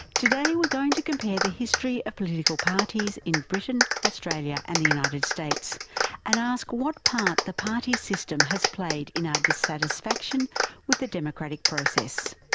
today we're going to compare the history of political parties in britain, australia, and the united states and ask what part the party system has played in our dissatisfaction with the democratic process.